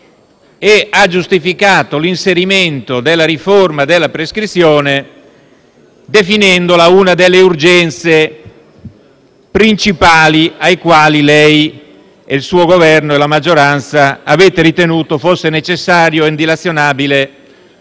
e ha giustificato l'inserimento della riforma della prescrizione definendola una delle urgenze principali alle quali il Ministro, il suo Governo e la maggioranza hanno ritenuto fosse necessario e indilazionabile